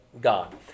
God